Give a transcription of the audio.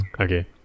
Okay